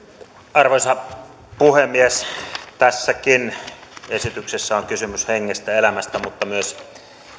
arvoisa puhemies tässäkin esityksessä on kysymys hengestä ja elämästä mutta myös